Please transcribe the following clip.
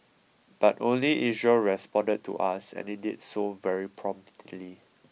but only Israel responded to us and it did so very promptly